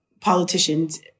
politician's